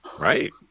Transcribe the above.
right